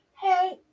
Hey